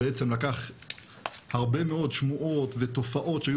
בעצם לקח הרבה מאוד שמועות ותופעות שהיו